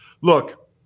Look